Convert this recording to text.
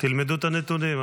--- תלמדו את הנתונים,